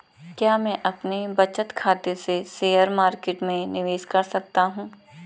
क्या मैं अपने बचत खाते से शेयर मार्केट में निवेश कर सकता हूँ?